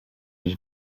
dziś